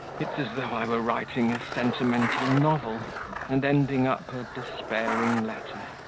it's as though i were writing a sentimental novel and ending up a despairing letter.